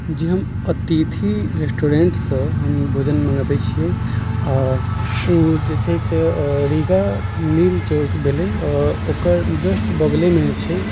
जी हम अतिथि रेस्टूरेंटसँ हम भोजन मँगबैत छियै आ ओ जे छै से रीगा मिल चौक भेलै ओकर जस्ट बगलेमे छै